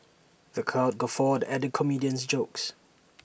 the crowd guffawed at the comedian's jokes